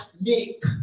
make